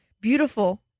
beautiful